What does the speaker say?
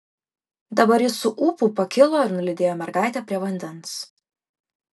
dabar jis su ūpu pakilo ir nulydėjo mergaitę prie vandens